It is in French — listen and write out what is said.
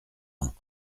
ans